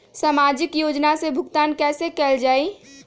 सामाजिक योजना से भुगतान कैसे कयल जाई?